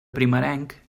primerenc